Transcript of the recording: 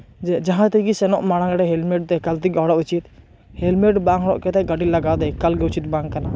ᱡᱮ ᱡᱟᱦᱟᱸ ᱛᱮᱜᱮ ᱥᱮᱱᱚᱜ ᱢᱟᱲᱟᱝᱨᱮ ᱦᱮᱞᱢᱮᱴ ᱫᱚ ᱮᱠᱟᱞ ᱛᱮᱜᱮ ᱦᱚᱨᱚᱜ ᱩᱪᱤᱛ ᱦᱮᱞᱢᱮᱴ ᱵᱟᱝ ᱦᱚᱨᱚᱜ ᱠᱟᱛᱮᱫ ᱜᱟᱹᱰᱤ ᱞᱟᱜᱟ ᱫᱚ ᱮᱠᱟᱞᱜᱮ ᱩᱪᱤᱛ ᱵᱟᱝ ᱠᱟᱱᱟ